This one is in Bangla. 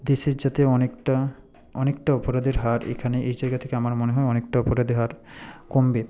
দেশের যাতে অনেকটা অনেকটা অপরাধের হার এখানে এই জায়গা থেকে আমার মনে হয় অনেকটা অপরাধের হার কমবে